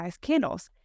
Candles